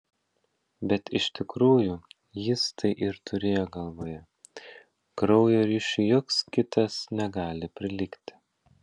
bet iš tikrųjų jis tai ir turėjo galvoje kraujo ryšiui joks kitas negali prilygti